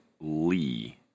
Lee